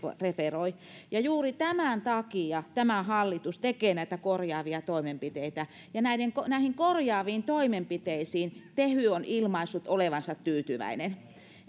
referoi ja juuri tämän takia tämä hallitus tekee näitä korjaavia toimenpiteitä ja näihin korjaaviin toimenpiteisiin tehy on ilmaissut olevansa tyytyväinen